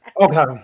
Okay